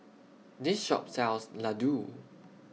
This Shop sells Ladoo